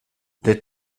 der